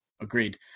Agreed